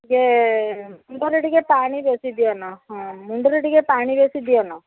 ଟିକେ ମୁହଁରେ ଟିକେ ପାଣି ବେଶୀ ଦିଅନା ହଁ ମୁଣ୍ଡରେ ଟିକେ ପାଣି ବେଶୀ ଦିଅନା